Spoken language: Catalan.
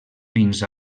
fins